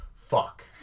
Fuck